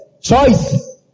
Choice